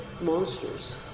monsters